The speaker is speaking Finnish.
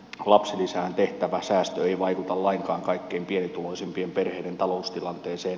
lapsilisään tehtävä säästö ei vaikuta lainkaan kaikkein pienituloisimpien perheiden taloustilanteeseen